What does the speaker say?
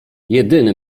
jedyny